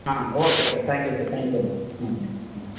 ah okay sir thank you sir thank you hmm hmm ம்